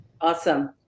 awesome